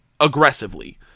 aggressively